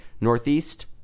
Northeast